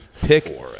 pick